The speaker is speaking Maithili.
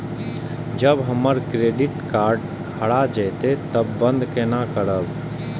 जब हमर क्रेडिट कार्ड हरा जयते तब बंद केना करब?